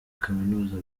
kaminuza